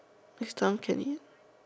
next time Kelly